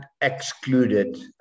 excluded